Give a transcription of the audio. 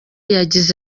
yagize